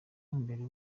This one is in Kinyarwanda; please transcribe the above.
imbere